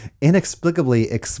inexplicably